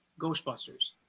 Ghostbusters